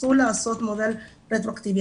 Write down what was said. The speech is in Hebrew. שירצו לעשות מודל רטרואקטיבי.